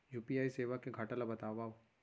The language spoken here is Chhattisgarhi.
यू.पी.आई सेवा के घाटा ल बतावव?